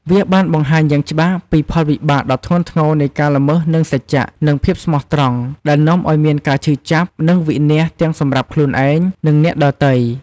វាបានបង្ហាញយ៉ាងច្បាស់ពី ផលវិបាកដ៏ធ្ងន់ធ្ងរនៃការល្មើសនឹងសច្ចៈ និងភាពស្មោះត្រង់ ដែលនាំឲ្យមានការឈឺចាប់ និងវិនាសទាំងសម្រាប់ខ្លួនឯង និងអ្នកដទៃ។